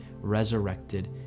resurrected